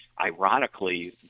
Ironically